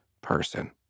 person